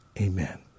Amen